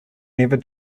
never